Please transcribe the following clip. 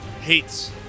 hates